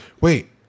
Wait